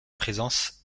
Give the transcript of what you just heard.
présence